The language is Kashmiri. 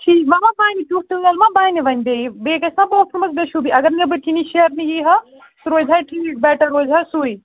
چھِی وۅنۍ ما بَنہِ تیُتھ ٹٲل ما بَنہِ وۅنۍ بیٚیہِ بیٚیہِ گژھِ نا باتھ روٗمَس بے شوٗبی اگر نیٚبٕرۍ کِنِی شیرنہٕ یِیہِ ہا سُہ روٗزِہا ٹھیٖک بیٚٹر روٗزِ ہا سُے